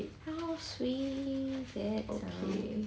how sweet that sounds